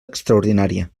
extraordinària